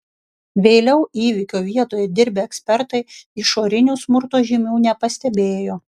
vėliau įvykio vietoj dirbę ekspertai išorinių smurto žymių nepastebėjo